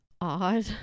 odd